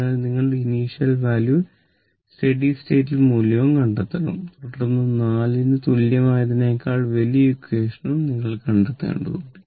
അതിനാൽ നിങ്ങൾ initial value steady സ്റ്റേറ്റിൽ മൂല്യവും കണ്ടെത്തേണ്ടതുണ്ട് തുടർന്ന് 4 ന് തുല്യമായതിനേക്കാൾ വലിയ ഇക്വേഷൻ ഉം നിങ്ങൾ കണ്ടെത്തേണ്ടതുണ്ട്